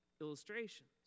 illustrations